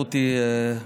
היהדות היא הדת